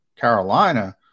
Carolina